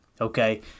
okay